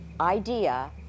idea